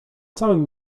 całym